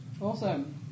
Awesome